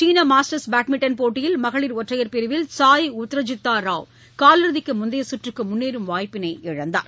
சீன masters badminton போட்டியில் மகளிர் ஒற்றையர் பிரிவில் சாய் உத்தரஜித்தா ராவ் காலிறுதிக்கு முந்தைய சுற்றுக்கு முன்னேறும் வாய்ப்பினை இழந்தார்